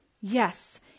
Yes